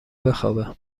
بخوابه